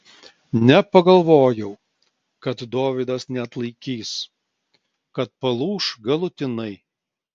nepagalvojau kad dovydas neatlaikys kad palūš galutinai